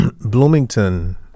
Bloomington